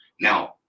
Now